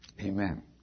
Amen